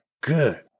good